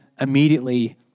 Immediately